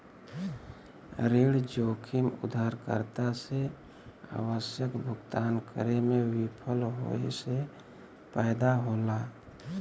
ऋण जोखिम उधारकर्ता से आवश्यक भुगतान करे में विफल होये से पैदा होला